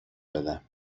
دادم